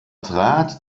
trat